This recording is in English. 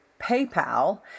PayPal